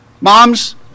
moms